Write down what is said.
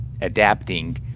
adapting